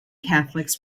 catholics